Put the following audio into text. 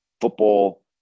Football